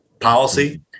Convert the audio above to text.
policy